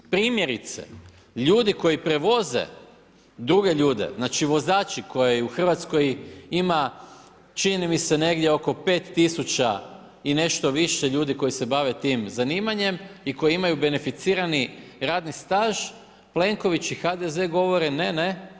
Primjerice ljudi koji prevoze druge ljude, znači vozači kojih u Hrvatskoj ima čini mi se negdje oko 5000 i nešto više ljudi koji se bave tim zanimanjem i koji imaju beneficirani radni staž Plenković i HDZ govore ne, ne.